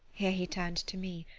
here he turned to me,